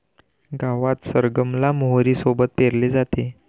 गावात सरगम ला मोहरी सोबत पेरले जाते